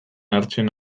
hartzen